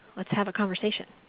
let's have a conversation.